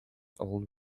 old